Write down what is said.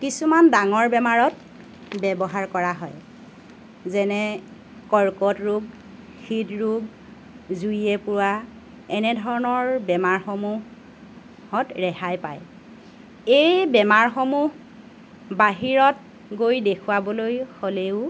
কিছুমান ডাঙৰ বেমাৰত ব্যৱহাৰ কৰা হয় যেনে কৰ্কট ৰোগ হৃদৰোগ জুইয়ে পোৰা এনেধৰণৰ বেমাৰসমূহত ৰেহাই পায় এই বেমাৰসমূহ বাহিৰত গৈ দেখুওৱাবলৈ হ'লেও